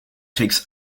takes